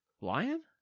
Lion